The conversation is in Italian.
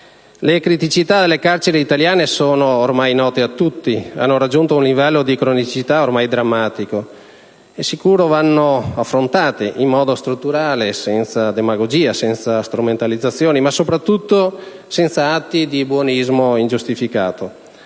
Le criticità delle carceri italiane sono ormai note a tutti, hanno raggiunto un livello di cronicità ormai drammatico e di sicuro vanno pertanto affrontate in modo strutturale, senza demagogia, senza strumentalizzazioni, ma, soprattutto, senza atti di buonismo ingiustificato.